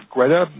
Greta